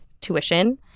tuition